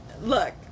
Look